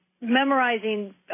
memorizing